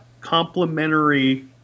complementary